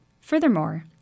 Furthermore